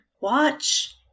watch